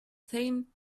same